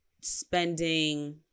spending